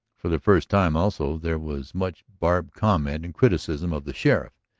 for the first time, also, there was much barbed comment and criticism of the sheriff.